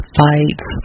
fights